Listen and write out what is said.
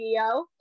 CEO